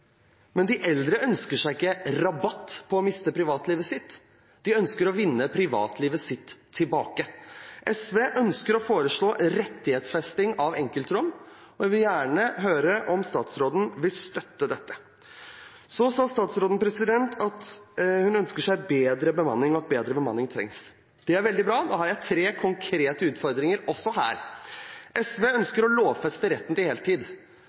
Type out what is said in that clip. Men de eldre ønsker seg ikke rabatt på å miste privatlivet sitt. De ønsker å vinne privatlivet sitt tilbake. SV ønsker og foreslår rettighetsfesting av enkeltrom, og jeg vil gjerne høre om statsråden vil støtte dette. Statsråden sa at hun ønsker seg bedre bemanning, at bedre bemanning trengs. Det er veldig bra. Da har jeg tre konkrete utfordringer å komme med. SV ønsker å lovfeste retten til